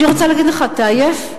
אני רוצה להגיד לך, אתה עייף?